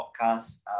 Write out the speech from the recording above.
podcast